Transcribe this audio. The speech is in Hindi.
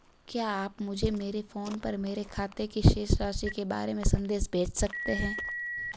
क्या आप मुझे मेरे फ़ोन पर मेरे खाते की शेष राशि के बारे में संदेश भेज सकते हैं?